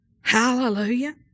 Hallelujah